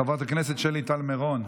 חברת הכנסת שלי טל מירון,